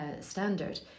Standard